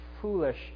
foolish